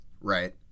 Right